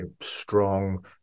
Strong